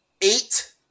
eight